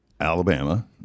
alabama